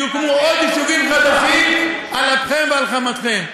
ויוקמו עוד יישובים חדשים על אפכם ועל חמתכם.